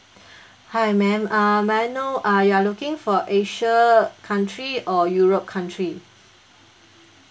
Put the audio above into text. hi madam uh may I know uh you are looking for asia uh country or europe country